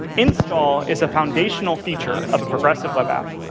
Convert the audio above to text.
install is a foundational feature of a progressive web app.